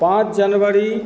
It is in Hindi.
पाँच जनवरी